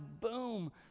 boom